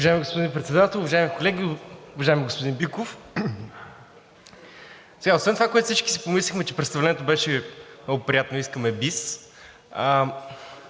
Уважаеми господин Председател, уважаеми колеги. Уважаеми господин Биков, сега, освен това, което всички си помислихме, че представлението беше много приятно и искаме бис,